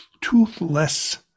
toothless